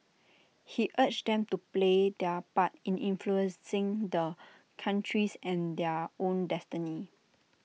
he urged them to play their part in influencing the country's and their own destiny